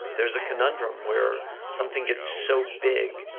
there's a conundrum where something gets so big,